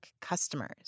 customers